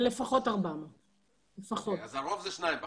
לפחות 400. אז הרוב זה שניים בחדר.